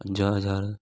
पंजाह हज़ार